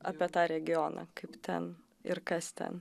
apie tą regioną kaip ten ir kas ten